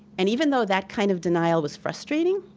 and even though that kind of denial was frustrating,